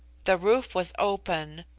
the roof was open.